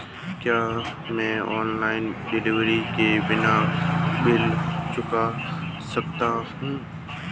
क्या मैं online delivery के भी बिल चुकता कर सकता हूँ?